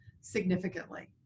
significantly